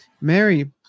Mary